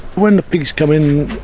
when the pigs come in,